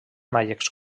maies